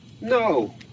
No